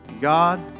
God